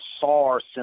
SARS